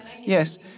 Yes